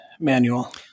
manual